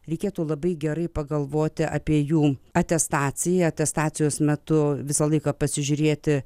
reikėtų labai gerai pagalvoti apie jų atestaciją atestacijos metu visą laiką pasižiūrėti